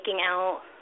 out